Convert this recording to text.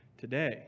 today